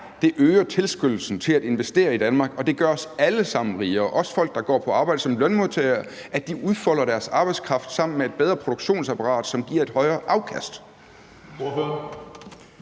det øger tilskyndelsen til at investere i Danmark, og det gør os alle sammen rigere, også folk, der går på arbejde som lønmodtagere, at de udfolder deres arbejdskraft sammen med et bedre produktionsapparat, som giver et højere afkast.